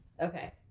okay